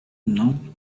not